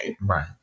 Right